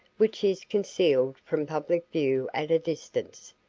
which is concealed from public view at a distance,